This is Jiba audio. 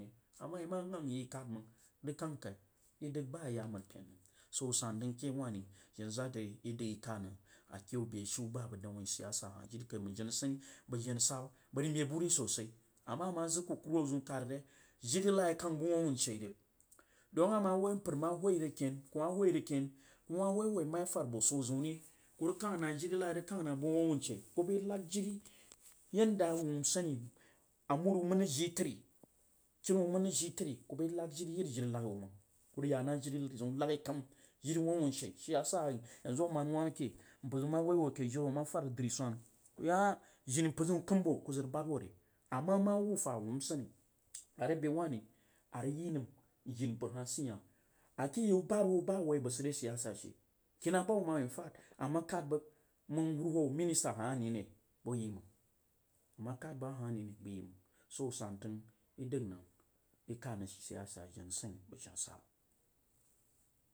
A ma ima gang yi i kad mang rag kung kai? I dasa ba ya mari pen mang so san tang ba ya mari pen mang so san tans ke yau wahri jena zaa dri ida'g kad nang ake yau be shiu ba abag danyi siyasa hah jiri kaməns jem nsah bag jena jahna bag rəg meb bo ri sosai. Ama zag kukunurwhi zoun kad re yei jiri naghi kan bu wuha a wunshi rag, dong ama woi mpar ma hwui rag ken kuma hwo rəg keni kuma hwoihwoi mma ye fad gwp zoum ri. Ku rəg keng nal jiri naghi rəg kanf nah bu wuh awunshe. Ku bai nag jiei yadda a wuh nsahni amud wuh man rəg jii tari kii wuhma vas jii tari ku ba nag jiri jiri jiri nagh wu mong. Ku rag ya na jirir naghi zəun kəm. Jini wuh a wunshe shiya ja yazu ama rga wumb a ke mpar zau ma woi wo ke jiu fad rəg driwsnan kuyi a jini mpar zam kəm ku zag rəg bad wore. Ama ma wuh fa a wuh nsahni are bewahri a rəg yi nan jini mpar hal sih hah a ke yau baharnwo amvi bag sid re yau soyasa she akinnau ba hub ma infact. A ma jad bəg mang huruhwvi minister ha ane re? Bəg yi mang a ma kad bəg a hah ani rel bəg yi manf so santana i das nang i kad həmg siyasa jena nashni bəg jena sahba.